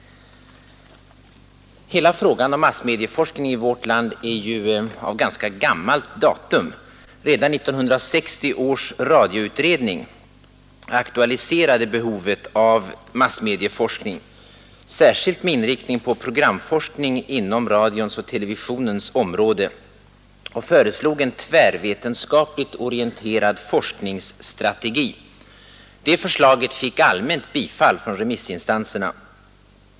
Hela frågan om massmedieforskning i vårt land är av ganska gammalt datum. Redan 1960 års radioutredning aktualiserade behovet av massmedieforskning, särskilt med inriktning på programforskning inom radions och televisionens område och föreslog en tvärvetenskapligt orienterad forskningstrategi. Det förslaget fick allmänt bifall från remissinstanserna.